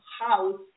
house